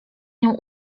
nią